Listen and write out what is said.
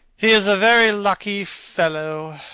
he is a very lucky fellow.